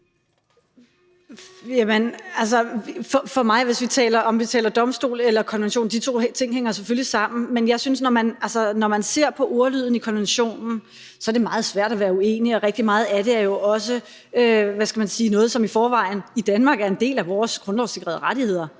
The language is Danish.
(NB): Om vi taler om domstol eller konvention, hænger de to ting selvfølgelig sammen, men jeg synes, at når man ser på ordlyden i konventionen, er det meget svært at være uenig, og rigtig meget af det er jo også noget, som i forvejen er en del af vores grundlovssikrede rettigheder